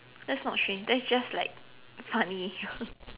that's not strange that is just like funny